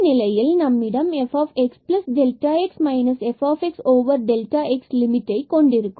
எனவே இந்த நிலையில் நம்மிடம் fxx fx over x லிமிட்டை கொண்டிருக்கும்